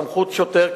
סמכות שוטר,